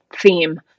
theme